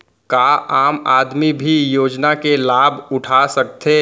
का आम आदमी भी योजना के लाभ उठा सकथे?